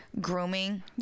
grooming